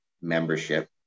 membership